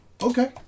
Okay